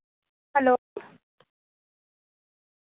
hello